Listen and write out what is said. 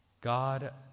God